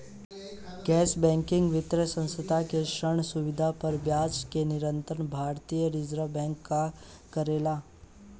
गैर बैंकिंग वित्तीय संस्था से ऋण सुविधा पर ब्याज के नियंत्रण भारती य रिजर्व बैंक करे ला का?